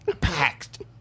packed